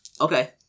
Okay